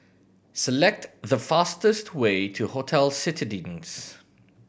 select the fastest way to Hotel Citadines